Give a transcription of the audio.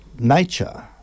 nature